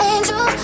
Angel